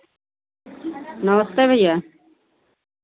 नमस्ते भैया